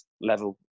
level